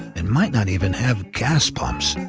and might not even have gas pumps,